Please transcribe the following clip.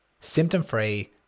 symptom-free